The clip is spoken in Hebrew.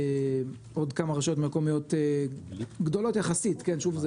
עוד כמה רשויות מקומיות גדולות יחסית ושוב,